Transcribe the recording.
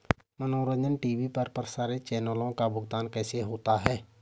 मनोरंजन टी.वी पर प्रसारित चैनलों का भुगतान कैसे होता है?